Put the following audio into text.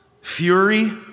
fury